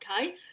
okay